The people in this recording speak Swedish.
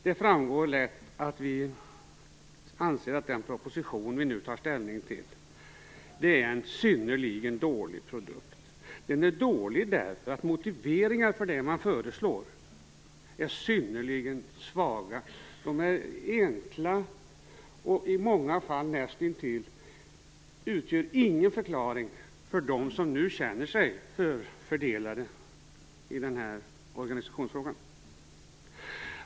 Det framgår lätt att vi anser att den proposition vi nu tar ställning till är en synnerligen dålig produkt. Den är dålig därför att motiveringarna för det man föreslår är synnerligen svaga. De är enkla och utgör i många fall nästintill ingen förklaring för dem som nu känner sig förfördelade i organisationsfrågan.